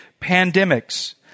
pandemics